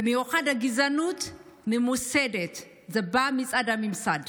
במיוחד גזענות ממוסדת, שבאה מצד הממסד,